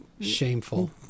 shameful